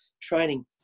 training